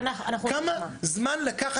כמה זמן לקח?